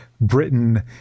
Britain